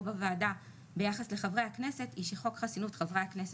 בוועדה ביחס לחברי הכנסת היא שחוק חסינות חברי הכנסת,